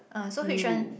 uh so which one